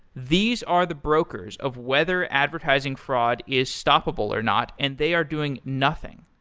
these are the brokers of whether advertising fraud is stoppable or not, and they are doing nothing.